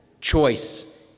choice